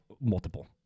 multiple